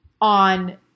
on